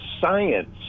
science